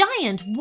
giant